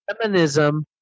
Feminism